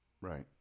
right